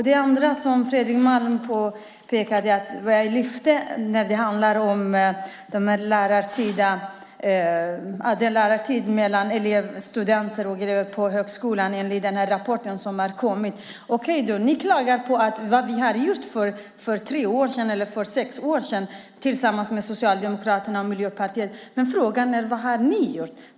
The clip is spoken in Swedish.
Det andra som Fredrik Malm påpekade var att jag lyfte fram vad som skrivs om andelen lärartid för studenter i högskolan enligt den rapport som har kommit. Ni klagar på vad vi gjorde för tre eller sex år sedan tillsammans med Socialdemokraterna och Miljöpartiet, men frågan är: Vad har ni gjort?